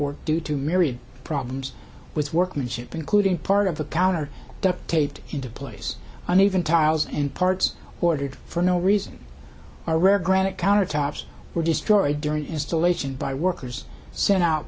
war due to myriad problems with workmanship including part of the counter duct taped into place and even tiles in parts ordered for no reason are rare granite countertops were destroyed during installation by workers sent out